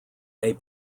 may